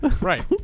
Right